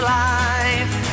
life